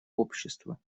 общества